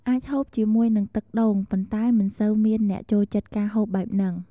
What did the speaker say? អាចហូបជាមួយនឹងទឹកដូងប៉ុន្តែមិនសូវមានអ្នកចូលចិត្តការហូបបែបនិង។